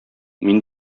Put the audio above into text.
мин